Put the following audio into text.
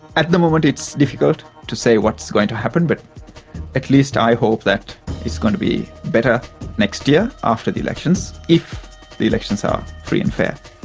at the moment it's difficult to say what's going to happen. but at least i hope that it's going to be better next year after the elections if the elections are free and fair.